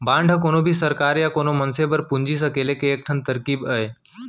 bond ह कोनो भी सरकार या कोनो मनसे बर पूंजी सकेले के एक ठन तरकीब अय